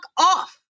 off